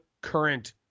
current